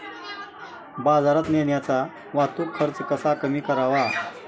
बाजारात नेण्याचा वाहतूक खर्च कसा कमी करावा?